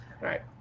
right